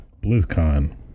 BlizzCon